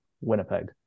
Winnipeg